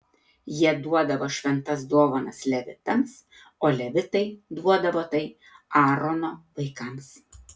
jie duodavo šventas dovanas levitams o levitai duodavo tai aarono vaikams